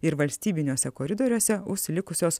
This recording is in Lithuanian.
ir valstybiniuose koridoriuose užsilikusios